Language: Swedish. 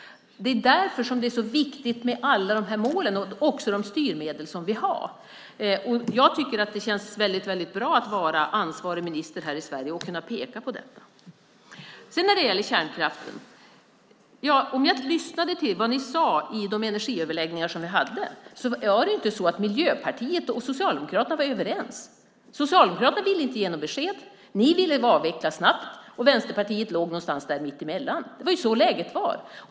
Det är därför det är så viktigt med alla de här målen och de styrmedel vi har. Jag tycker att det känns väldigt bra att vara ansvarig minister här i Sverige och kunna peka på detta. När det gäller kärnkraften: I de energiöverläggningar som vi hade var det inte så att Miljöpartiet och Socialdemokraterna var överens. Socialdemokraterna ville inte ge något besked. Ni ville avveckla snabbt. Vänsterpartiet låg någonstans mittemellan. Det var så läget var.